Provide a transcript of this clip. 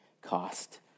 cost